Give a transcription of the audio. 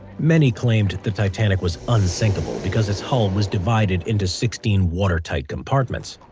many claimed the titanic was unsinkable because its hull was divided into sixteen watertight compartments.